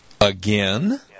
Again